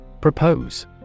Propose